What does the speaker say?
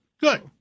Good